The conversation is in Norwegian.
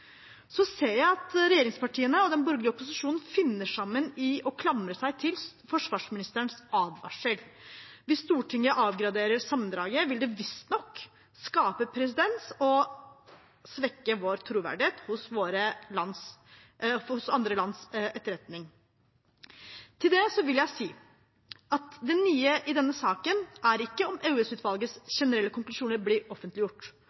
Så ser jeg at regjeringspartiene og den borgerlige opposisjonen finner sammen i å klamre seg til forsvarsministerens advarsel: Hvis Stortinget avgraderer sammendraget, vil det visstnok skape presedens og svekke vår troverdighet hos andre lands etterretning. Til det vil jeg si at det nye i denne saken ikke er om EOS-utvalgets generelle konklusjoner blir offentliggjort.